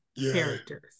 characters